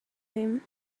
him